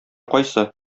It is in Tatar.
кайсы